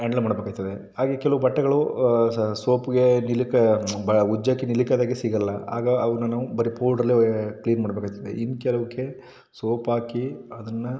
handle ಮಾಡಬೇಕಾಯ್ತದೆ ಹಾಗೆ ಕೆಲವು ಬಟ್ಟೆಗಳು ಸೋಪಿಗೆ ನಿಲುಕ ಬ ಉಜ್ಜೋಕ್ಕೆ ನಿಲುಕದಾಗೆ ಸಿಗೋಲ್ಲ ಆಗ ಅವನ್ನ ನಾವು ಬರಿ ಪೌಡ್ರಲ್ಲೇ ಕ್ಲೀನ್ ಮಾಡಬೇಕಾಯ್ತದೆ ಇನ್ನು ಕೆಲವಕ್ಕೆ ಸೋಪ್ ಹಾಕಿ ಅದನ್ನು